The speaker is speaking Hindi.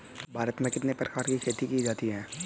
भारत में कितने प्रकार की खेती की जाती हैं?